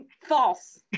false